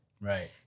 Right